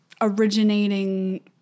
originating